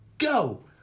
Go